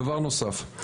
דבר נוסף.